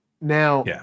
Now